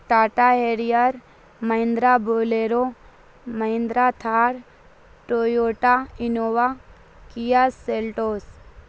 Tata Harrier Mahindra Bolero Mahindra Thar Toyota Innova Kia Seltos